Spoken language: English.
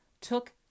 took